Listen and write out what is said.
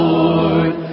Lord